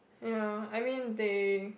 ya I mean they